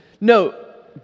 No